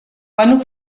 van